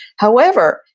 however,